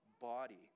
body